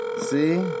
See